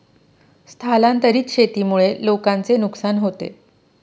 स्थलांतरित शेतीमुळे लोकांचे नुकसान होते